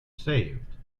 saved